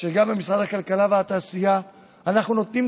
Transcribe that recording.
שגם ממשרד הכלכלה והתעשייה אנחנו נותנים